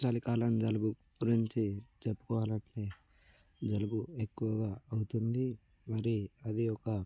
చలికాలం జలుబు గురించి చెప్పుకోవాలంటే జలుబు ఎక్కువగా అవుతుంది మరీ అది ఒక